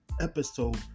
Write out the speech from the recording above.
episode